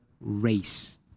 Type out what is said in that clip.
race